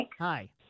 Hi